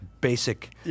basic